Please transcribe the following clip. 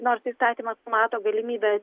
nors įstatymas numato galimybę